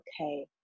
okay